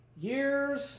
years